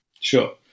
sure